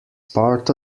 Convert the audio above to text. part